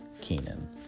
Kenan